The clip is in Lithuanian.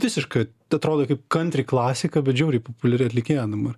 visiška atrodo kaip kantri klasika bet žiauriai populiari atlikėja dabar